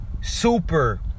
super